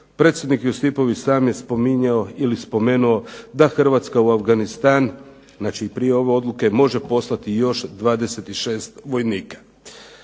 predsjednik Josipović sam je spominjao ili spomenuo da Hrvatska u Afganistan može, još prije ove odluke može poslati još 26 vojnika.